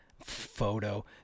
photo